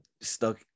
stuck